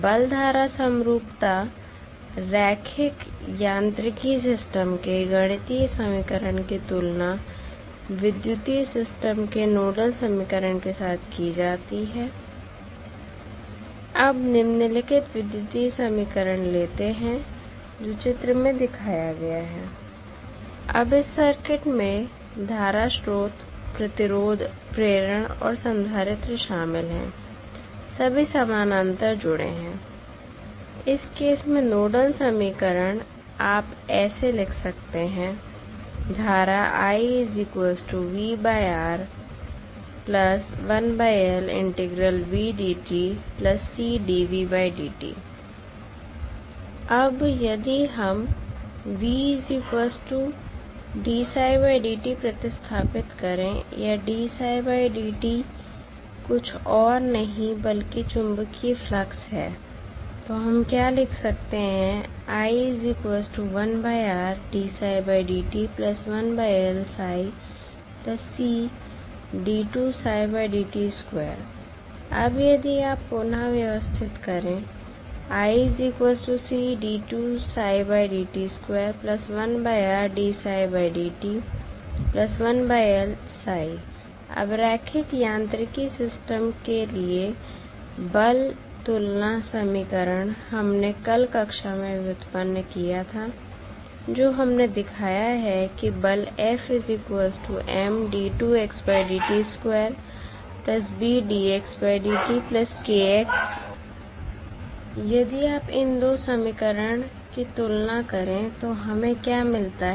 बल धारा समरूपता रैखिक यांत्रिकी सिस्टम के गणितीय समीकरण की तुलना विद्युतीय सिस्टम के नोडल समीकरण के साथ की जाती है अब निम्नलिखित विद्युतीय समीकरण लेते हैं जो चित्र में दिखाया गया है अब इस सर्किट में धारा स्रोत प्रतिरोध प्रेरण और संधारित्र शामिल हैं सभी समानांतर जुड़े हैं इस केस में नोडल समीकरण आप ऐसे लिख सकते हैं धारा अब यदि हम प्रतिस्थापित करें या कुछ और नहीं बल्कि चुंबकीय फ्लक्स है तो हम क्या लिख सकते हैं अब यदि आप पुनः व्यवस्थित करें अब रैखिक यांत्रिकी सिस्टम के लिए बल तुलना समीकरण हमने कल कक्षा में व्युत्पन्न किया था जो हमने दिखाया है कि बल यदि आप इन दो समीकरण की तुलना करें तो हमें क्या मिलता है